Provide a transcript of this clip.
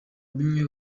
bimwe